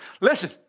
Listen